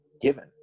given